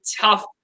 tough